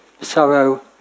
sorrow